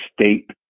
state